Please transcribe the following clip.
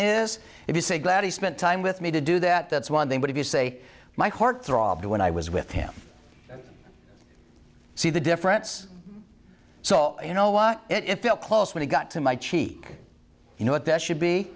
is if you say that he spent time with me to do that that's one thing but if you say my heart throbbed when i was with him see the difference so you know what it felt close when it got to my cheek you know what that should be